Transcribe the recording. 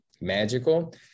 magical